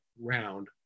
round